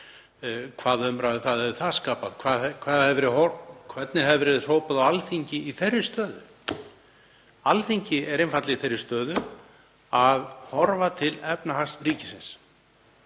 Hvaða umræðu hefði það skapað? Hvernig hefði verið hrópað á Alþingi í þeirri stöðu? Alþingi er einfaldlega í þeirri stöðu að horfa til efnahags ríkisins.